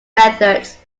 methods